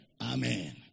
Amen